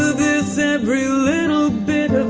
so this every little bit of